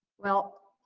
well,